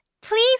Please